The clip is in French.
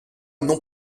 non